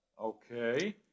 Okay